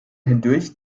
hindurch